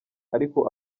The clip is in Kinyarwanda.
ariko